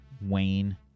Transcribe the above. Wayne